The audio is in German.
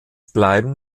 bleiben